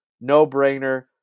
No-brainer